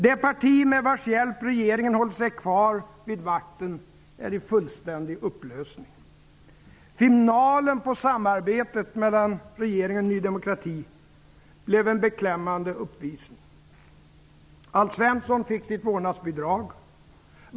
Det parti med vars hjälp regeringen hållit sig kvar vid makten är i fullständig upplösning. Finalen på samarbetet mellan regeringen och Ny demokrati blev en beklämmande uppvisning.